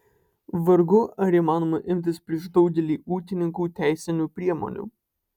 vargu ar įmanoma imtis prieš daugelį ūkininkų teisinių priemonių